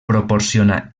proporciona